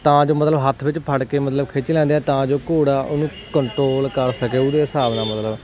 ਤਾਂ ਜੋ ਮਤਲਬ ਹੱਥ ਵਿੱਚ ਫੜ ਕੇ ਮਤਲਬ ਖਿੱਚ ਲੈਂਦੇ ਤਾਂ ਜੋ ਘੋੜਾ ਉਹਨੂੰ ਕੰਟਰੋਲ ਕਰ ਸਕੇ ਉਹਦੇ ਹਿਸਾਬ ਨਾਲ ਮਤਲਬ